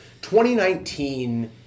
2019